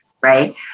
Right